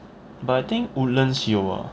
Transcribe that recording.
but I think woodlands 有 ah